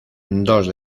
dos